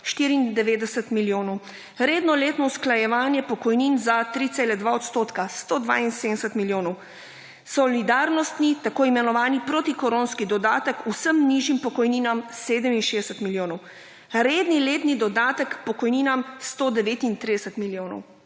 94 milijonov, redno letno usklajevanje pokojnin za 3,2 % 172 milijonov, solidarnostni tako imenovani protikoronski dodatek vsem nižjim pokojninam 67 milijonov, redni letni dodatek pokojninam 139 milijonov.